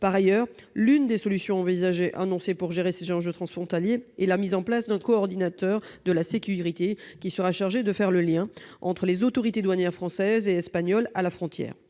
Par ailleurs, l'une des solutions envisagées pour gérer ces enjeux transfrontaliers est la mise en place d'un coordonnateur de la sécurité, chargé de faire le lien entre les autorités douanières françaises et espagnoles à la frontière.